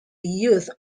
youth